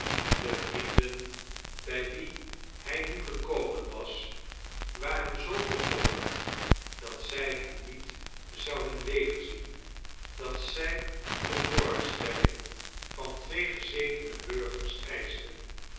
de vrienden bij wie hij nu gekomen was waren zoo bekommerd dat zij hem niet zouden wederzien dat zij de borgstelling van twee gezetene burgers eischten